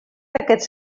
aquests